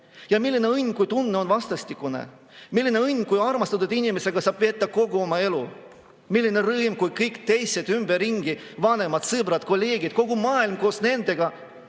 Ja milline õnn, kui tunne on vastastikune. Milline õnn, kui armastatud inimesega saab veeta kogu oma elu. Milline rõõm, kui kõik teised ümberringi, vanemad, sõbrad, kolleegid, kogu maailm saab